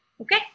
Okay